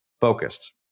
Focused